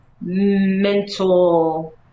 mental